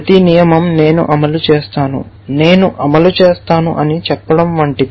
ప్రతి నియమం నేను అమలు చేస్తాను నేను అమలు చేస్తాను అని చెప్పడం వంటిది